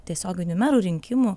tiesioginių merų rinkimų